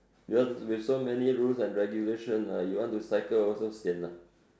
because with so many rules and regulation ah you want to cycle also sian ah